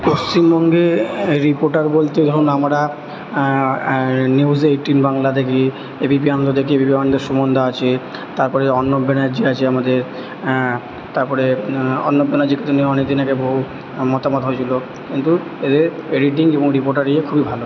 পশ্চিমবঙ্গে রিপোর্টার বলতে ধরুণ আমরা নিউজ এইট্টিন বাংলা দেখি এবিপি আনন্দ দেখি এবিপি আনন্দের সুমন দা আছে তারপরে অর্ণব ব্যানার্জি আছে আমাদের তারপরে অর্ণব ব্যানার্জির অনেক দিনের বহু মতামত হয়েছিলো কিন্তু এদের এডিটিং এবং রিপোর্টার ইয়ে খুবই ভালো